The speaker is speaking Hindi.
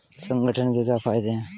संगठन के क्या फायदें हैं?